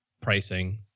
pricing